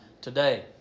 today